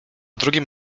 drugim